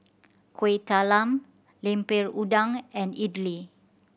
Kuih Talam Lemper Udang and idly